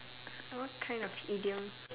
what kind of idiom